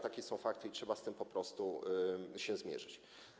Takie są jednak fakty i trzeba z tym po prostu się zmierzyć.